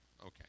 Okay